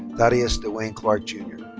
thadius dewayne clark jr.